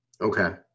Okay